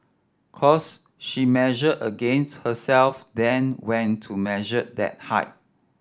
cos she measured against herself then went to measure that height